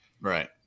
Right